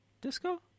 Disco